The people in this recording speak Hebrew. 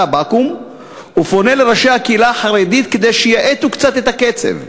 הבקו"ם ופונה לראשי הקהילה החרדית כדי שיאטו קצת את הקצב.